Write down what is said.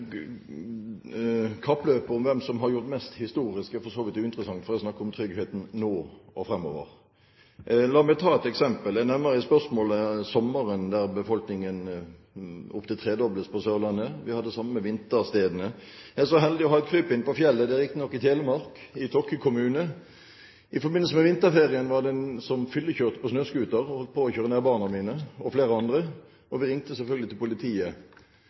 vidt uinteressant, for her er det snakk om tryggheten nå og framover. La meg ta et eksempel. Jeg nevner i spørsmålet sommeren, når befolkningen opptil tredobles på Sørlandet. Det samme gjelder vinterstedene. Jeg er så heldig å ha et krypinn på fjellet, det er riktignok i Telemark, i Tokke kommune. I forbindelse med vinterferien var det en som fyllekjørte på snøscooter og holdt på å kjøre ned barna mine og flere andre, og vi ringte selvfølgelig politiet. Politiet